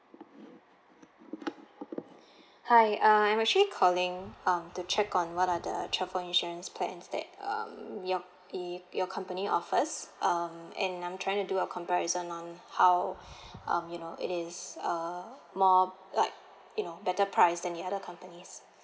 hi uh I'm actually calling um to check on what are the travel insurance plans that um yup eh your company offers um and I'm trying to do a comparison on how um you know it is uh more like you know better price than the other companies